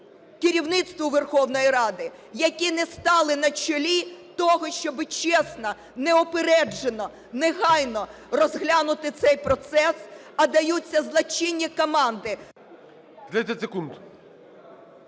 керівництву Верховної Ради, які не стали на чолі того, щоб чесно, неупереджено, негайно розглянути цей процес, а даються злочинні команди…